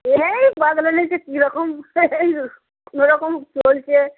এই কীরকম কোনো রকম চলছে